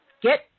get